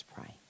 pray